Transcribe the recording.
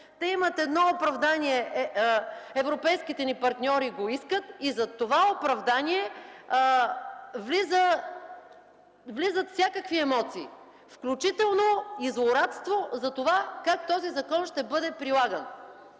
Те имат едно оправдание: „Европейските ни партньори го искат”. Зад това оправдание влизат всякакви емоции, включително и злорадство за това как този закон ще бъде прилаган